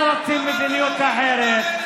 אל תשכח להגיד תודה, אולי הם רוצים מדיניות אחרת,